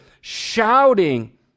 shouting